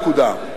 נקודה.